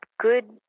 good